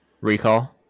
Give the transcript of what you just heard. Recall